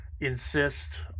insist